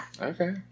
Okay